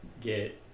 get